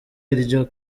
iryo